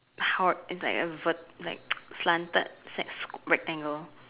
how it's like a vert~ like slanted sex rectangle